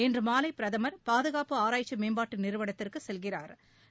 இன்று மாலை பிரதமர் பாதுகாப்பு ஆராய்ச்சி மேம்பாட்டு நிறுவனத்திற்கு செல்லுகிறாா்